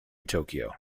tokyo